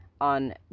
on